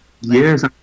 yes